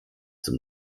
zum